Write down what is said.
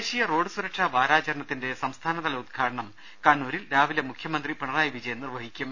ദേശീയ റോഡ് സുരക്ഷാ വാരാചരണത്തിന്റെ സംസ്ഥാനതല ഉദ്ഘാടനം കണ്ണൂരിൽ രാവിലെ മുഖ്യമന്ത്രി പിണറായി വിജയൻ നിർവ്വഹിക്കും